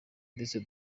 ndetse